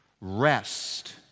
Rest